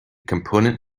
component